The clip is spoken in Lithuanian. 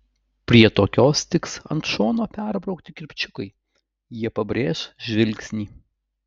prie tokios tiks ant šono perbraukti kirpčiukai jie pabrėš žvilgsnį